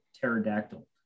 pterodactyl